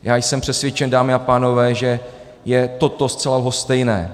Já jsem přesvědčen, dámy a pánové, že je toto zcela lhostejné.